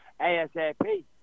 ASAP